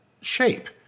shape